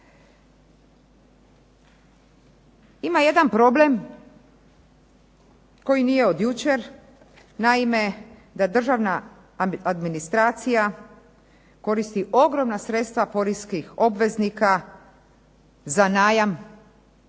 Ima jedan problem koji nije od jučer, naime da državna administracija koristi ogromna sredstva poreskih obveznika za najam.